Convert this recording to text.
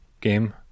game